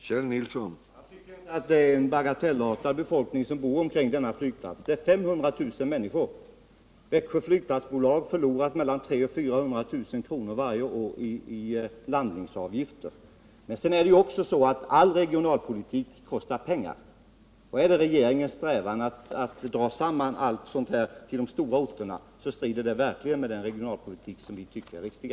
Herr talman! Jag tycker inte detta är någon bagatell. Det bor 500 000 människor i det område som betjänas av Växjö flygplats, och med den nuvarande ordningen förlorar flygplatsbolaget varje år mellan 300 000 och 400 000 kr. i form av uteblivna landningsavgifter. All regionalpolitik kostar pengar. Är det regeringens strävan att dra samman all charterflygverksamhet till de stora orterna, så strider det verkligen mot den regionalpolitik som vi tycker är den riktiga.